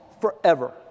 forever